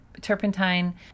turpentine